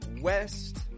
West